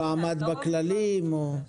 כן.